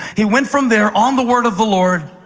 he went from there on the word of the lord.